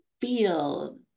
feel